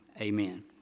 amen